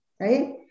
Right